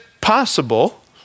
possible